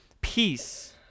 peace